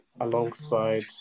alongside